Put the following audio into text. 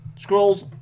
Scrolls